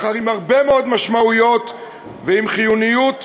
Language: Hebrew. אך עם הרבה מאוד משמעויות ועם חיוניות